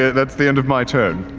that's the end of my turn.